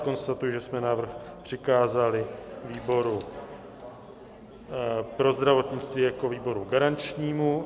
Konstatuji, že jsme návrh přikázali výboru pro zdravotnictví jako výboru garančnímu.